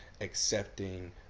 accepting